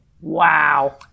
Wow